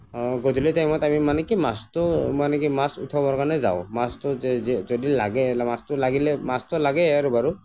গধূলি টাইমত আমি মানে কি মাছটো মানে কি মাছ উঠাবৰ কাৰণে যাওঁ মাথটো যে যে যদি লাগে মাছটো লাগিলে মাছটো লাগে আৰু বাৰু